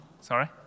Sorry